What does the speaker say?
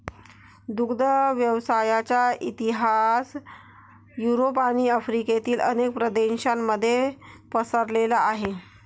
दुग्ध व्यवसायाचा इतिहास युरोप आणि आफ्रिकेतील अनेक प्रदेशांमध्ये पसरलेला आहे